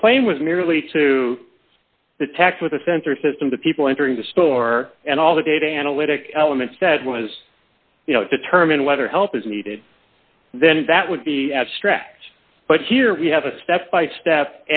the claim was merely to detect with a sensor system the people entering the store and all the data analytic element said was you know determine whether help is needed then that would be abstract but here we have a step by step